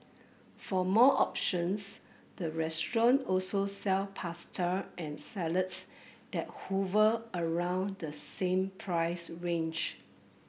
for more options the restaurant also sell pasta and salads that hover around the same price range